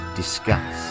discuss